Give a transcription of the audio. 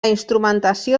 instrumentació